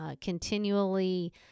continually